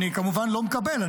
אני כמובן לא מקבל,